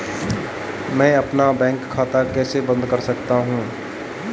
मैं अपना बैंक खाता कैसे बंद कर सकता हूँ?